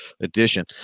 edition